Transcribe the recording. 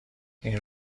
این